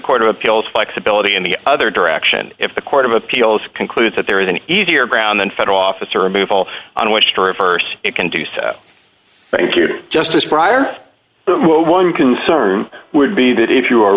court of appeals flexibility in the other direction if the court of appeals concludes that there is an easier brown than federal office or removal on which to reverse it can do so thank you justice briar one concern would be that if you are